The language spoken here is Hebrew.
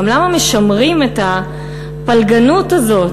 גם למה משמרים את הפלגנות הזאת?